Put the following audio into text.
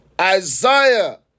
Isaiah